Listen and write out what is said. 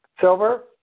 Silver